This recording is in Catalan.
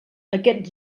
aquests